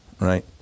Right